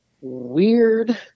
weird